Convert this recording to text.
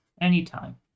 anytime